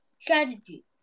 strategy